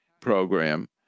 program